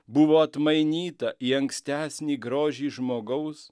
buvo atmainyta į ankstesnį grožį žmogaus